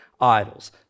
idols